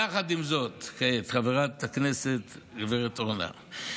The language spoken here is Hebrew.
יחד עם זאת, חברת הכנסת הגב' אורנה,